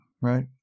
Right